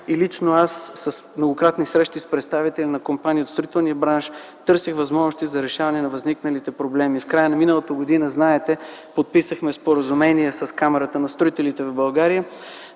Лично аз, с многократни срещи с представители на компании от строителния бранш, търсех възможности за решаване на възникналите проблеми. Знаете, в края на миналата година подписахме споразумение с Камарата на строителите в България,